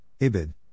IBID